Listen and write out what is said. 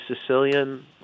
Sicilian